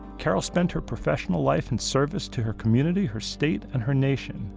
carol spent her professional life in service to her community, her state and her nation.